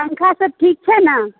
पंखासभ ठीक छै ने